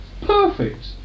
perfect